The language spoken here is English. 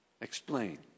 Explain